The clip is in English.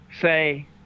say